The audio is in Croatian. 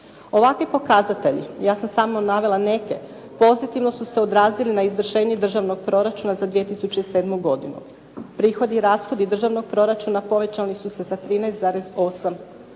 Ovakvi pokazatelji ja sam samo navela neke pozitivno su se odrazili na izvršenje Državnog proračuna za 2007. godinu. Prihodi i rashodi državnog proračuna povećali su se sa 13,8